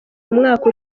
umwaka